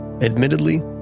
admittedly